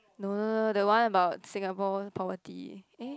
no the one about Singapore poverty eh